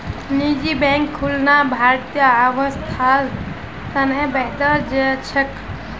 निजी बैंक खुलना भारतीय अर्थव्यवस्थार त न बेहतर छेक